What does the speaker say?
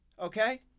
Okay